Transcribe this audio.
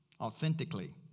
authentically